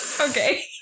Okay